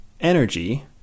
energy